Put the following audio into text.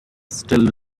still